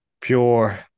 pure